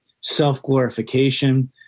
self-glorification